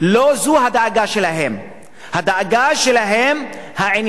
הדאגה שלהם היא העניין של pure מדינה יהודית.